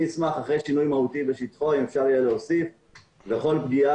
אני אשמח אם אחרי "שינוי מהותי בשטחו" יהיה אפשר להוסיף "וכל פגיעה